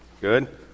Good